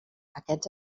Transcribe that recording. aquests